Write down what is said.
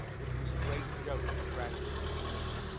which was a great joke with francie and neeley.